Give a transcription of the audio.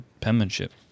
penmanship